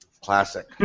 Classic